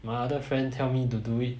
my other friend tell me to do it